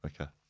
Okay